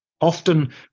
Often